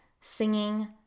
singing